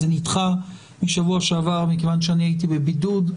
הדיון נדחה משבוע שעבר מכיוון שאני הייתי בבידוד.